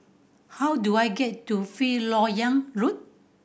how do I get to Fifth Lok Yang Road